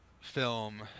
film